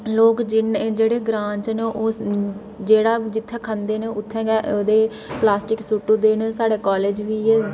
लोग जि'न्ने जेह्ड़े ग्रांऽ च न ओह् जेह्ड़ा जित्थै खंदे न उत्थै गै ओह्दे प्लास्टिक सु'ट्टी ओड़दे न साढ़े कॉलेज बी इ'यै